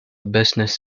business